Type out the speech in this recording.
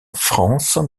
france